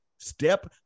Step